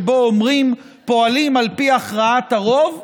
שבה אומרים: פועלים על פי הכרעת הרוב,